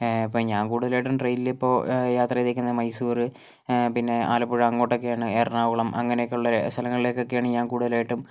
ഇപ്പോൾ ഞാൻ കൂടുതലായിട്ടും ട്രെയിനിലിപ്പോൾ യാത്ര ചെയ്തേക്കുന്നത് മൈസൂർ പിന്നെ ആലപ്പുഴ അങ്ങോട്ടൊക്കെയാണ് എറണാകുളം അങ്ങനെയൊക്കെയുള്ള സ്ഥലങ്ങളിലേക്കൊക്കെയാണ് ഞാൻ കൂടുതലായിട്ടും